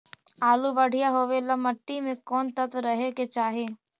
आलु बढ़िया होबे ल मट्टी में कोन तत्त्व रहे के चाही?